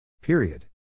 Period